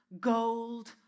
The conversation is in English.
gold